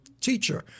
teacher